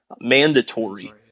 mandatory